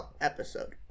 episode